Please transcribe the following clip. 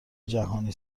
جهانی